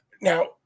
Now